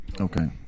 Okay